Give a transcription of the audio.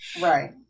Right